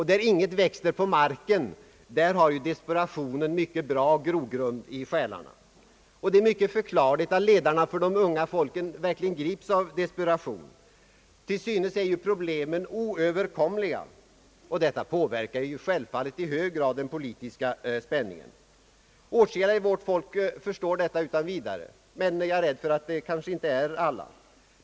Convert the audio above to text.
Där ingenting växer på marken, har desperationen mycket bra grogrund i själarna. Det är mycket förklarligt att 1edarna för de unga folken grips av desperation. Till synes är ju problemen oöverkomliga, och detta påverkar självfallet i hög grad den politiska ställningen. Åtskilliga inom vårt folk förstår detta utan vidare, men jag är rädd för att kanske inte alla gör det.